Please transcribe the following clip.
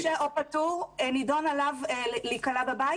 זאת אומרת מי שעוסק מורשה או פטור נידון עליו להיכלא בבית?